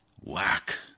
Whack